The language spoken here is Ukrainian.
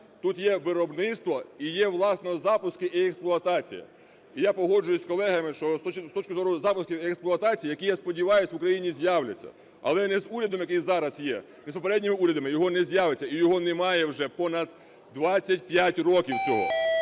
тут є виробництво і є, власне, запуски і експлуатація. І я погоджуюся з колегами, що з точки зору запусків і експлуатації, які, я сподіваюсь, в Україні з'являться, але не з урядом, який зараз є, і з попередніми урядами його не з'явиться, і його немає вже понад двадцять